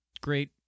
great